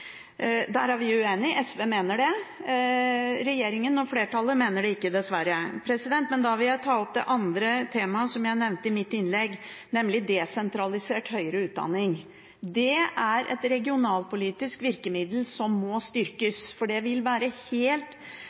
Der er vi uenig. SV mener det, regjeringen og flertallet mener det ikke, dessverre. Jeg vil ta opp det andre temaet som jeg nevnte i mitt innlegg, nemlig desentralisert høyere utdanning. Det er et regionalpolitisk virkemiddel som må styrkes, for det vil være helt